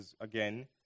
again